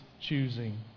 choosing